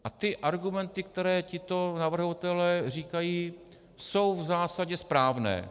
A argumenty, které tito navrhovatelé říkají, jsou v zásadě správné.